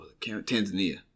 Tanzania